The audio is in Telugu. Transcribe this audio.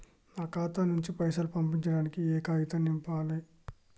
నా ఖాతా నుంచి పైసలు పంపించడానికి ఏ కాగితం నింపాలే?